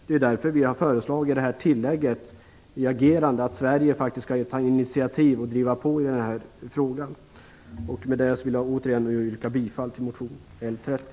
Det är därför vi har föreslagit tillägget att Sverige skall ta initiaitiv och driva på i denna fråga. Med detta vill jag återigen yrka bifall till motion